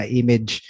image